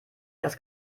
das